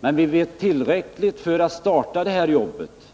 Men vi vet tillräckligt mycket för att starta det här jobbet.